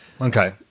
Okay